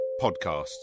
podcasts